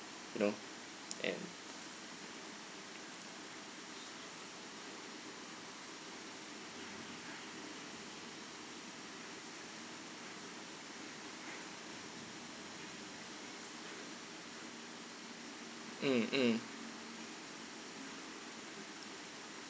you know and mm mm